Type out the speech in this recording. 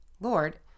Lord